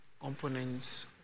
components